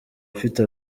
afite